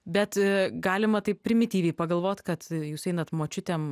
bet galima taip primityviai pagalvot kad jūs einat močiutėm